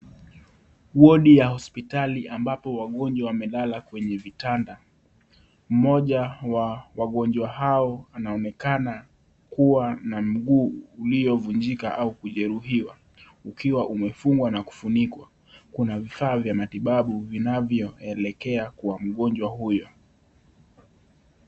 Wodi ya hospitali ambapo wagonjwa wamelala kwenye kitanda. Mmoja wa wagonjwa hao anaonekana kuwa na mguu uliovunjika au kujeruhiwa ukiwa umefungwa na kufunikwa. Kuna vifaa vya matibabu vinavyoelekea kwa mgonjwa huyo.